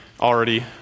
already